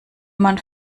man